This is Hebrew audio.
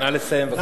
נא לסיים.